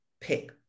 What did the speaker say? pick